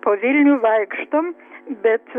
po vilnių vaikštom bet